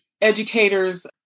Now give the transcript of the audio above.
educators